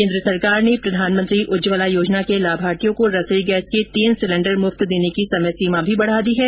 केन्द्र सरकार ने प्रधानमंत्री उज्ज्वला योजना के लाभार्थियों को रसोई गैस के तीन सिलेंडर मुफ्त देने की समय सीमा भी बढ़ा दी है